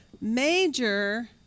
major